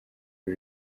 uru